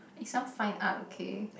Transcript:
it's some fine art okay